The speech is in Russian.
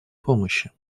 помощи